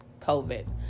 COVID